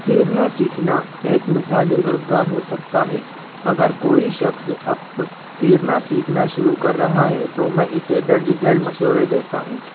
تیرنا سیکھنا ایک مثالی روزگار ہو سکتا ہے اگر کوئی شخص تیرنا سیکھنا شروع کر رہا ہے تو میں اسے درج ذیل مشورہ دیتا ہوں